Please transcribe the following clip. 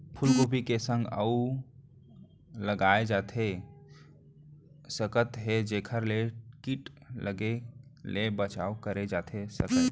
फूलगोभी के संग अऊ का लगाए जाथे सकत हे जेखर ले किट लगे ले बचाव करे जाथे सकय?